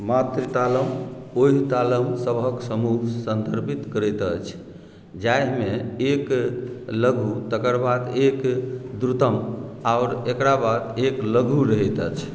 मातृ तालम ओहि तालम सभक समूह सन्दर्भित करैत अछि जाहिमे एक लघु तकर बाद एक द्रुतम आओर एकरा बाद एक लघु रहैत अछि